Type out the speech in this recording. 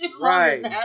Right